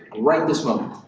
right this moment,